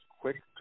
quick